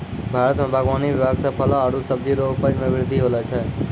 भारत मे बागवानी विभाग से फलो आरु सब्जी रो उपज मे बृद्धि होलो छै